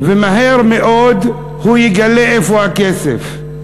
ומהר מאוד הוא יגלה איפה הכסף.